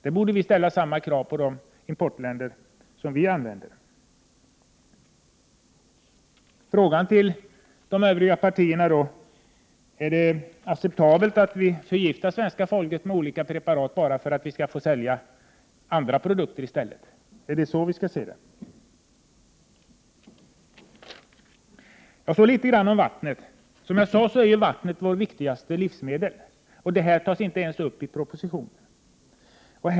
Vi borde ställa samma krav på de importländer som vi handlar med. Frågan till de övriga partierna blir: Är det acceptabelt att vi förgiftar svenska folket med olika preparat bara för att vi skall få sälja andra produkter i stället? Är det så vi skall se det? Jag vill också säga litet om vattnet. Som jag sade är vattnet vårt viktigaste livsmedel — och det tas inte ens upp i propositionen.